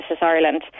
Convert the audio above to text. Ireland